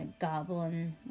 Goblin